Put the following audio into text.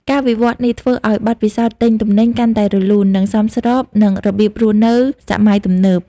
ការវិវត្តន៍នេះធ្វើឲ្យបទពិសោធន៍ទិញទំនិញកាន់តែរលូន និងសមស្របនឹងរបៀបរស់នៅសម័យទំនើប។